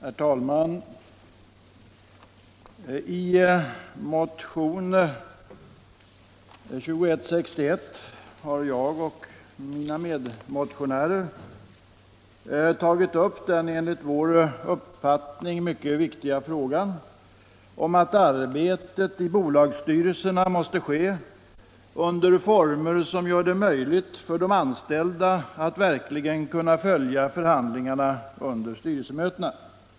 Herr talman! I motionen 2161 har jag och mina medmotionärer tagit upp den enligt vår uppfattning mycket viktiga frågan att arbetet i bolagsstyrelserna måste ske i former som gör det möjligt för de anställda att verkligen följa förhandlingarna under styrelsemötena.